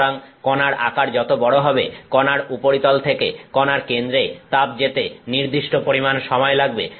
সুতরাং কণার আকার যত বড় হবে কণার উপরিতল থেকে কণার কেন্দ্রে তাপ যেতে নির্দিষ্ট পরিমাণ সময় লাগবে